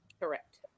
Correct